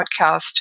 podcast